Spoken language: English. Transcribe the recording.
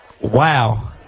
Wow